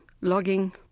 logging